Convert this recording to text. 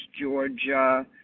Georgia